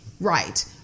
Right